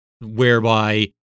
whereby